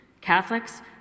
Catholics